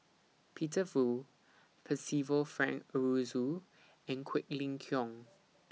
Peter Fu Percival Frank Aroozoo and Quek Ling Kiong